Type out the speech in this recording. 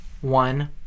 one